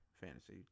fantasy